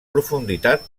profunditat